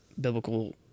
biblical